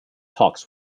talks